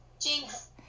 Jinx